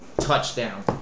Touchdown